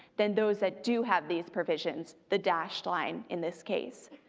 than those that do have these provisions, the dashed line in this case.